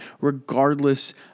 regardless